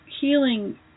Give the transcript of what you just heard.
healing